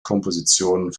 kompositionen